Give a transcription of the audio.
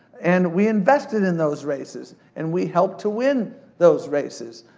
and we invested in those races, and we helped to win those races.